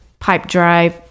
Pipedrive